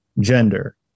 gender